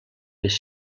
les